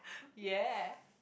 yeah